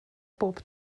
bob